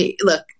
Look